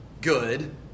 good